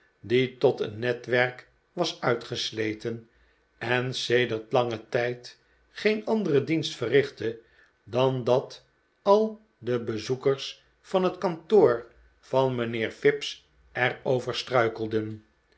die tot een netwerk was uitgesleten en sedert langen tijd geen anderen dienst verrichtte dan dat al de bezoekers van het kantoor van mijnheer fips er